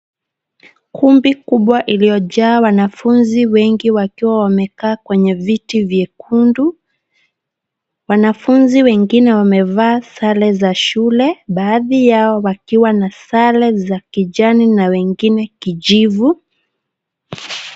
Kumbi kubwa iliojaa wanafunzi wengi wakiwa wamekaa kwenye viti vyekundu. Wanafuzi wengine wamevaa sare za shule baadhi yao wakiwa na sare za kijani na wengine kijivu.